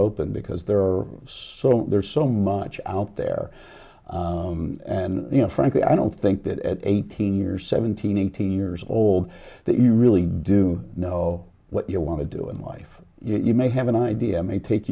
open because there are so there's so much out there and you know frankly i don't think that at eighteen years seventeen and eighteen years old that you really do know what you want to do in life you may have an idea i may take